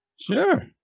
Sure